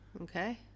Okay